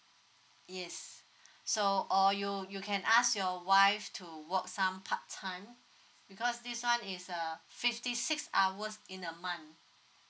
yes so or you you can ask your wife to work some part time because this one is uh fifty six hours in a month